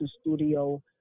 studio